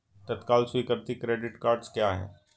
तत्काल स्वीकृति credit cards क्या हैं?